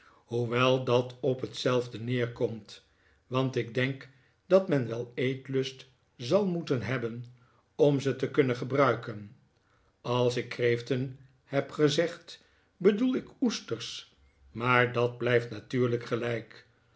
hoewel dat op hetzelfde neerkomt want ik denk dat men wel eetlust zal moeten hebben om ze te kunnen gebruiken als ik kreeften heb gezegd bedoelde ik oesters maar dat blijft natuurlijk gelijk